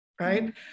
Right